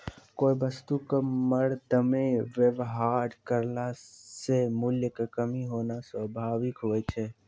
कोय वस्तु क मरदमे वेवहार करला से मूल्य म कमी होना स्वाभाविक हुवै छै